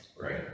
right